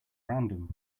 random